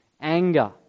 anger